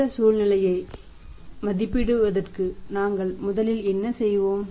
அந்த சூழ்நிலையை மதிப்பிடுவதற்கு நாங்கள் முதலில் என்ன செய்தோம்